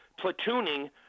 platooning